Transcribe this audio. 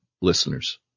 listeners